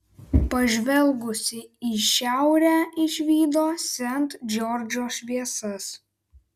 pažvelgusi į šiaurę išvydo sent džordžo šviesas